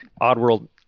Oddworld